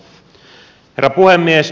herra puhemies